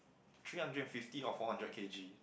three hundred and fifty or four hundred K_G